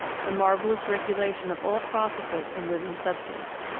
the marvellous regulation of all processes in living substance.